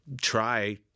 try